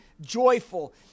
joyful